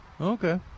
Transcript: Okay